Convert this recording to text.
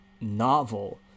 novel